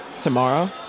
tomorrow